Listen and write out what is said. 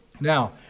Now